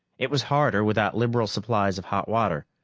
it was harder without liberal supplies of hot water,